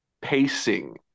pacing